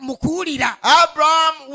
Abraham